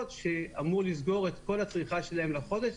שאמור לסגור את כל הצריכה שלהם לחודש,